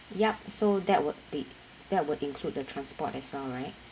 yup so that would be that would include the transport as well right